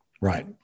Right